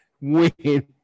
win